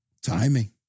Timing